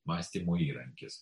mąstymo įrankis